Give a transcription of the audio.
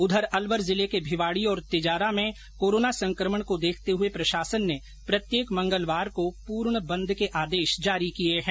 उधर अलवर जिले के भिवाड़ी और तिजारा में कोरोना संक्रमण को देखते हुए प्रशासन ने प्रत्येक मंगलवार को पूर्ण बंद के आदेश जारी किए हैं